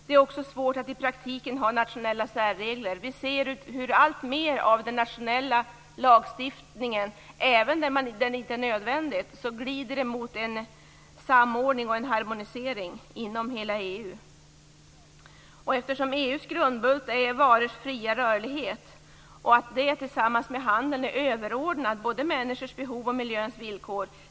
Det är också svårt att i praktiken ha nationella särregler. Vi ser hur alltmer av den nationella lagstiftningen glider mot en samordning och harmonisering med hela EU, även där det inte är nödvändigt. EU:s grundbult är varors fria rörlighet, och det är tillsammans med handeln överordnat både människors behov och miljöns villkor.